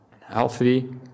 healthy